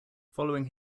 following